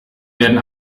werden